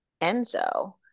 Enzo